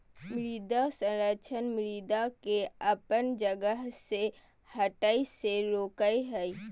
मृदा संरक्षण मृदा के अपन जगह से हठय से रोकय हइ